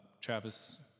Travis